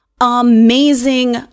amazing